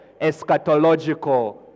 eschatological